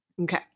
Okay